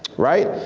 right?